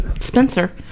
Spencer